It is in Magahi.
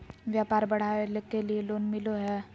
व्यापार बढ़ावे के लिए लोन मिलो है?